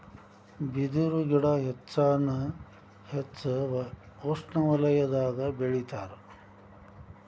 ಬಿದರು ಗಿಡಾ ಹೆಚ್ಚಾನ ಹೆಚ್ಚ ಉಷ್ಣವಲಯದಾಗ ಬೆಳಿತಾರ